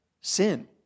sin